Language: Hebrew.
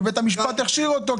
ובית המשפט הכשיר אותו.